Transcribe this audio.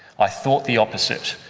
i thought the opposite.